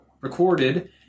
recorded